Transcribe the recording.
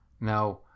Now